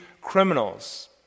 criminals